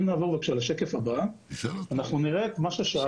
אם נעבור לשקף הבא, אנחנו נראה את מה ששאלתם.